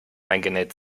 eingenäht